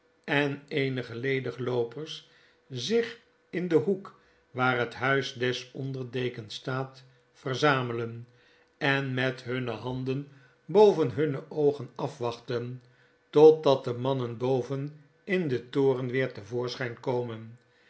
en eenige ledigloopers zich in den hoek waar het huis des onder dekens staat verzamelen en met hunne handen boven hunne oogen afwachten totdat de mannen boven in den toren weer te voorschijn komen